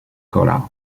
cola